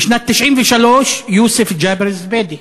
בשנת 1993, יוסף ג'אבר זביידה,